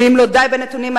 ואם לא די בנתונים הללו,